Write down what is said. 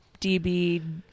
DB